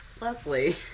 Leslie